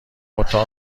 اتاق